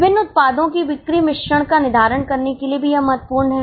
विभिन्न उत्पादों की बिक्री मिश्रण का निर्धारण करने के लिए भी यह महत्वपूर्ण है